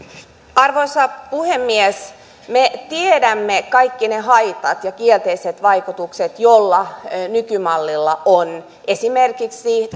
arvoisa puhemies me tiedämme kaikki ne haitat ja kielteiset vaikutukset joita nykymallilla on esimerkiksi